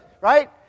Right